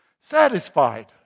satisfied